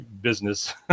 business